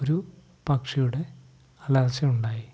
ഒരു പക്ഷിയുടെ അലര്ച്ചയുണ്ടായി